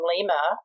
Lima